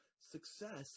success